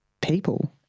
people